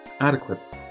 adequate